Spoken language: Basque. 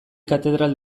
katedral